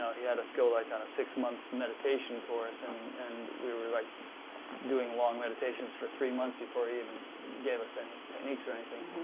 he had us go like kind of six month meditation course and and we were like doing long meditations for three months before he even gave us any techniques or anything.